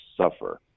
suffer